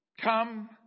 Come